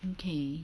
okay